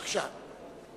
בבקשה.